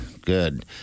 good